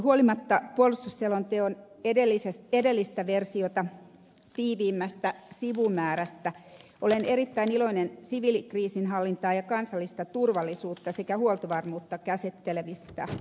huolimatta puolustusselonteon edellistä versiota tiiviimmästä sivumäärästä olen erittäin iloinen siviilikriisinhallintaa ja kansallista turvallisuutta sekä huoltovarmuutta käsittelevistä osioista